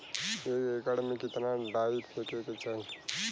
एक एकड़ में कितना डाई फेके के चाही?